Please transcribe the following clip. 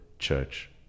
church